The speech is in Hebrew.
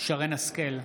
שרן מרים השכל,